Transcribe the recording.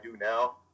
now